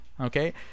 okay